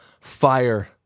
fire